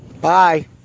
Bye